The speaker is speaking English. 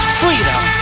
freedom